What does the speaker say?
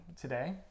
today